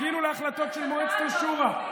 חיכינו להחלטות של מועצת השורא.